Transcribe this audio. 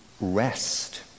rest